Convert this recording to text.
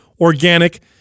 organic